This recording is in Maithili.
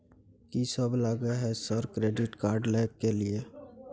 कि सब लगय हय सर क्रेडिट कार्ड लय के लिए?